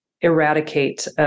eradicate